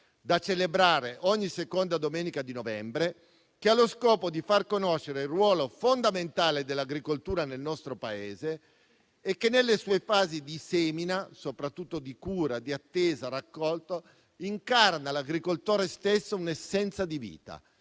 da celebrare ogni seconda domenica di novembre, allo scopo di far conoscere il ruolo fondamentale dell'agricoltura nel nostro Paese che, nelle sue fasi di semina, di cura, di attesa e di raccolta, incarna un'essenza di vita.